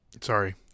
sorry